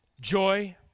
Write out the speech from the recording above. joy